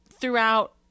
throughout